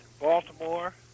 Baltimore